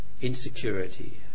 insecurity